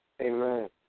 Amen